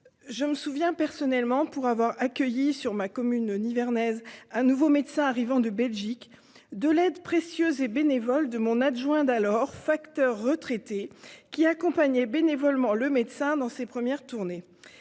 je me souviens, pour avoir accueilli sur ma commune nivernaise un nouveau médecin arrivant de Belgique, de l'aide précieuse de mon adjoint d'alors, facteur retraité, qui l'accompagnait bénévolement dans ses premières tournées.